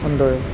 हूंदो हुओ